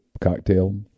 cocktail